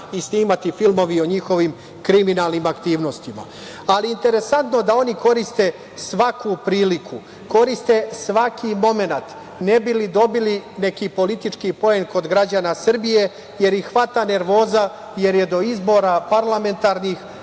i snimati filmovi o njihovim kriminalnim aktivnostima. Interesantno je da oni koriste svaku priliku, koriste svaki momenat ne bi li dobili neki politički poen kod građana Srbije, jer ih hvata nervoza pošto je do parlamentarnih